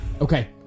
okay